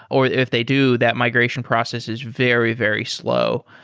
or if they do, that migration process is very, very slow.